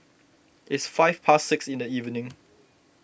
its five past six in the evening